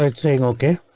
ah saying ok,